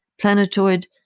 Planetoid